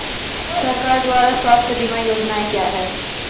सरकार द्वारा स्वास्थ्य बीमा योजनाएं क्या हैं?